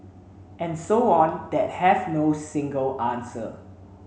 and so on that have no single answer